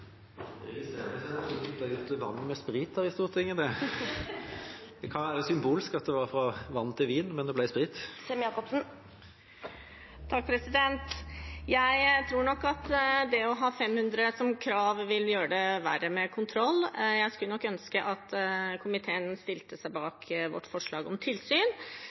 president, at man har byttet ut vann med sprit i Stortinget. Det kan være symbolsk at det var fra vann til vin, men her ble det sprit. Jeg tror nok at det å ha 50 som krav vil gjøre det verre med kontroll. Jeg skulle nok ønske at komiteen stilte seg bak vårt forslag om tilsyn.